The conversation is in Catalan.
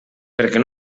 perquè